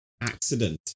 accident